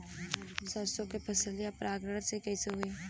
सरसो के फसलिया परागण से कईसे होई?